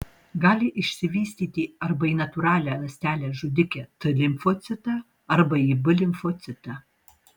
gali išsivystyti arba į natūralią ląstelę žudikę t limfocitą arba į b limfocitą